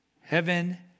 heaven